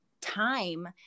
time